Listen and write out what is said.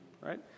right